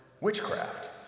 witchcraft